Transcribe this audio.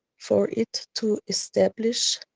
for it to establish,